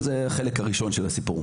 הלוואי והייתה נפתרת.